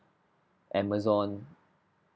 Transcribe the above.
Amazon